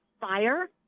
fire